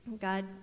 God